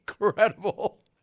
Incredible